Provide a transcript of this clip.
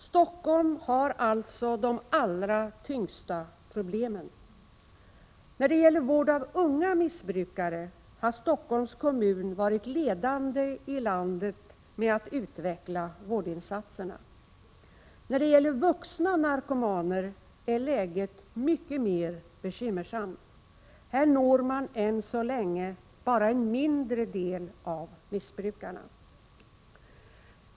Stockholm har alltså de allra tyngsta problemen. När det gäller vård av unga missbrukare har Stockholms kommun varit ledande i landet med att utveckla vårdinsatserna. Vad gäller vuxna narkomaner är läget mycket mer bekymmersamt. Här nås än så länge bara en mindre del av missbrukarna.